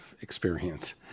experience